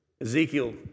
Ezekiel